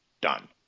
done